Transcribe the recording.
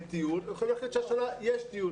טיול ויכולים להחליט שהשנה יש טיול.